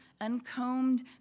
uncombed